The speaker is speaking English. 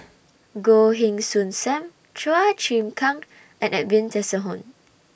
Goh Heng Soon SAM Chua Chim Kang and Edwin Tessensohn